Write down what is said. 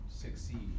succeed